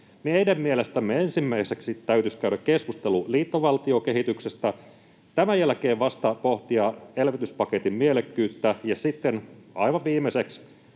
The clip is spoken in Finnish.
Meidän mielestämme ensimmäiseksi täytyisi käydä keskustelu liittovaltiokehityksestä, tämän jälkeen vasta pohtia elvytyspaketin mielekkyyttä ja sitten aivan viimeiseksi